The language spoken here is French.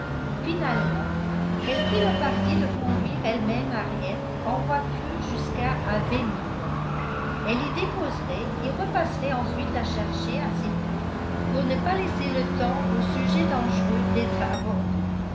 finalement elle prit le parti de conduire elle-même henriette en voiture jusqu'à abbey mill elle l'y déposerait et repasserait ensuite la chercher assez tôt pour ne pas laisser le temps aux sujets dangereux d'être abordés